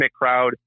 crowd